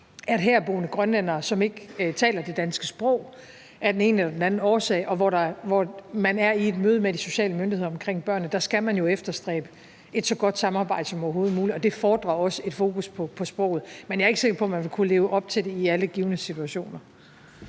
om herboende grønlændere, som af den ene eller den anden årsag ikke taler det danske sprog, og man er i et møde med de sociale myndigheder omkring børnene, skal man jo efterstræbe et så godt samarbejde som overhovedet muligt, og det fordrer også et fokus på sproget. Men jeg er ikke sikker på, man vil kunne leve op til det i alle givne situationer.